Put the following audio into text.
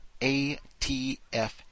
ATF